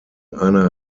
einer